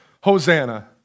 Hosanna